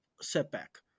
setback